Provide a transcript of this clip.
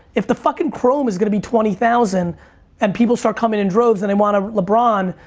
if the fucking chrome is gonna be twenty thousand and people start coming in droves and and want a lebron,